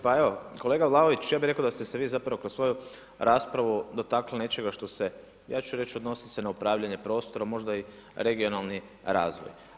Pa evo, kolega Vlaović ja bih rekao da ste se vi zapravo kroz svoju raspravu dotakli nečega što se ja ću reći odnosi se na upravljanje prostorom, možda i regionalni razvoj.